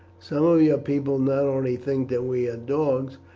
some of your people not only think that we are dogs,